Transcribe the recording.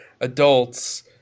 adults